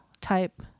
type